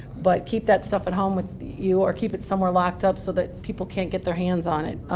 but keep that stuff at home with you or keep it somewhere locked up so that people can't get their hands on it.